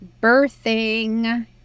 birthing